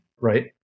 right